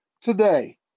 today